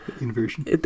Inversion